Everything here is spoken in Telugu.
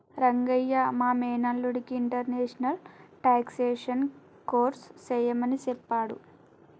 రంగయ్య మా మేనల్లుడికి ఇంటర్నేషనల్ టాక్సేషన్ కోర్స్ సెయ్యమని సెప్పాడు